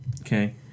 Okay